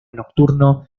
nocturno